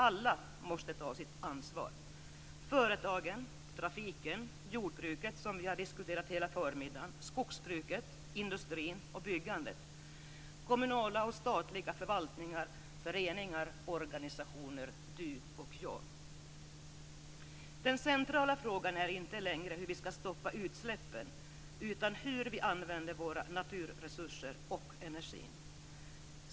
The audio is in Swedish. Alla måste ta sitt ansvar, företagen, trafiken, jordbruket som vi har diskuterat hela förmiddagen, skogsbruket, industrin, byggandet, kommunala och statliga förvaltningar, föreningar, organisationer, du och jag. Den centrala frågan är inte längre hur vi skall stoppa utsläppen, utan hur vi använder våra naturresurser och energin.